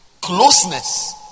closeness